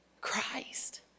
Christ